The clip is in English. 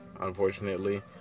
unfortunately